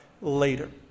Later